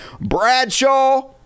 Bradshaw